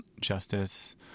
justice